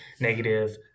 negative